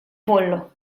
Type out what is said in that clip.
pollo